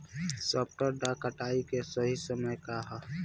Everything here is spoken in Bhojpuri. सॉफ्ट डॉ कटाई के सही समय का ह?